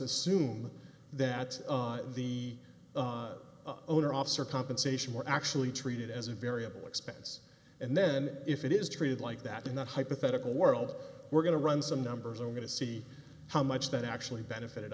assume that the owner officer compensation were actually treated as a variable expense and then if it is treated like that in the hypothetical world we're going to run some numbers i'm going to see how much that actually benefited